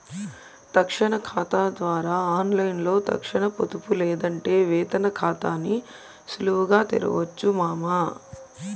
తక్షణ కాతా ద్వారా ఆన్లైన్లో తక్షణ పొదుపు లేదంటే వేతన కాతాని సులువుగా తెరవొచ్చు మామా